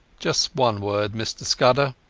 just one word, mr scudder.